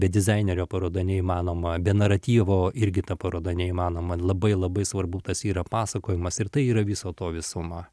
be dizainerio paroda neįmanoma be naratyvo irgi ta paroda neįmanoma labai labai svarbu tas yra pasakojimas ir tai yra viso to visuma